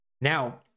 Now